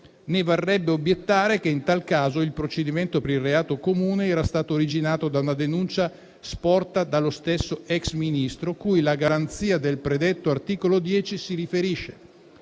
Mi verrebbe da obiettare che, in tal caso, il procedimento per il reato comune era stato originato da una denuncia sporta dallo stesso ex Ministro, cui la garanzia del predetto articolo 10 si riferisce,